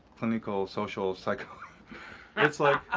clinical social psych it's like,